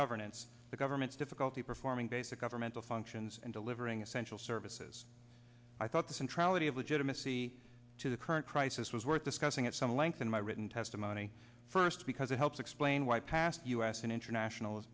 governance the government's difficulty performing basic other mental functions and delivering essential services i thought the central idea of legitimacy to the current crisis was worth discussing at some length in my written testimony first because it helps explain why past u s and international